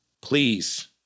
Please